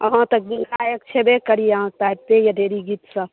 अहाँ तऽ गायक छेबे करी अहाँकेँ अबिते यऽ ढ़ेरी गीत सभ